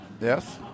Yes